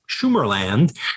Schumerland